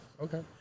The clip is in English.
Okay